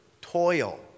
toil